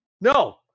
No